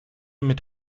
mit